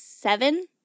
Seven